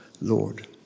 Lord